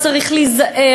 צריך להיזהר,